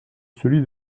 celui